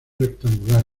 rectangular